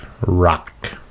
rock